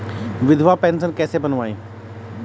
विधवा पेंशन कैसे बनवायें?